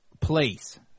Place